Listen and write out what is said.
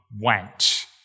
went